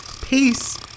Peace